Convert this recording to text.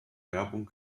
werbung